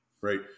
right